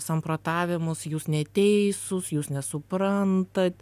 samprotavimus jūs neteisūs jūs nesuprantat